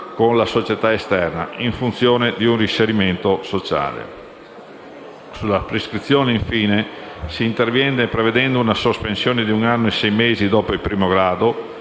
con la società esterna, in funzione di reinserimento sociale. Sulla prescrizione, infine, si interviene prevedendo una sospensione di un anno e sei mesi dopo il primo grado